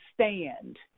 stand